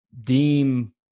deem